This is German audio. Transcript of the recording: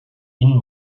ihnen